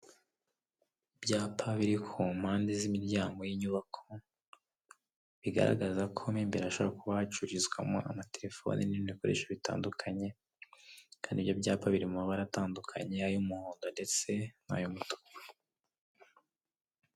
Ibyapa biri ku mpande z'imiryango y'inyubako, bigaragaza ko mimbere ashaka uwacururizwamo amatelefoni n'ibikoresho bitandukanye, kandi nibyo byapa biri mu mabara atandukanye, ay'umuhondo ndetse n'ay'umutuku.